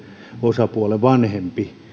osapuolen vanhempi